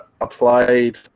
applied